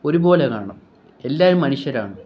ഒരുപോലെ കാണണം എല്ലാവരും മനുഷ്യരാണ്